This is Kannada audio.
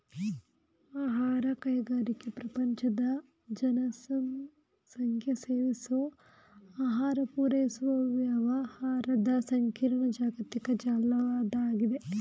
ಆಹಾರ ಕೈಗಾರಿಕೆ ಪ್ರಪಂಚದ ಜನಸಂಖ್ಯೆಸೇವಿಸೋಆಹಾರಪೂರೈಸುವವ್ಯವಹಾರದಸಂಕೀರ್ಣ ಜಾಗತಿಕ ಜಾಲ್ವಾಗಿದೆ